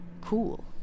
cool